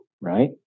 right